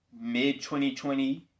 Mid-2020